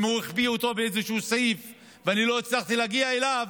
אם הוא החביא אותו באיזשהו סעיף ואני לא הצלחתי להגיע אליו,